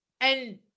And-